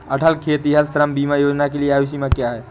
अटल खेतिहर श्रम बीमा योजना के लिए आयु सीमा क्या है?